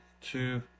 two